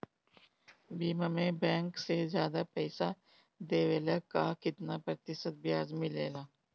बीमा में बैंक से ज्यादा पइसा देवेला का कितना प्रतिशत ब्याज मिलेला?